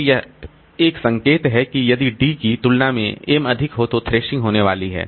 तो यह एक संकेत है कि यदि D की तुलना में m अधिक हो तो थ्रेशिंग होने वाली है